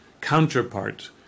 counterpart